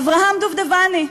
אברהם דובדבני,